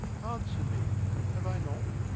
answer me. have i not?